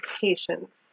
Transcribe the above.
patience